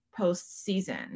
postseason